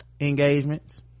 engagements